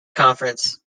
conference